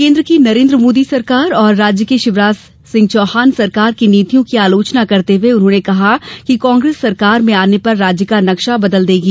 केंद्र की नरेंद्र मोदी तथा राज्य की शिवराज सिंह चौहान सरकार की नीतियों की आलोचना करते हए उन्होंने कहा कि कांग्रेस सरकार में आने पर राज्य का नक्शा बदल देगी